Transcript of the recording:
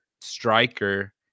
striker